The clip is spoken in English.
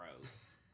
gross